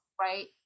Right